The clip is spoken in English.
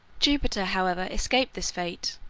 jupiter, however, escaped this fate,